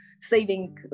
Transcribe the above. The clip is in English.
saving